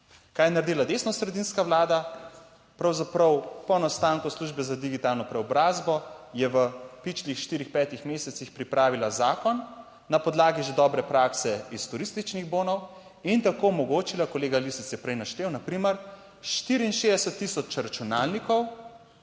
Kaj je naredila desnosredinska vlada? Pravzaprav po nastanku službe za digitalno preobrazbo je v pičlih štirih, petih mesecih pripravila zakon na podlagi že dobre prakse iz turističnih bonov in tako omogočila, kolega Lisec je prej naštel, na primer 64000 računalnikov,